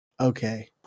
Okay